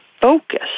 focus